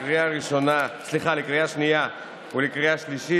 לקריאה שנייה ולקריאה שלישית.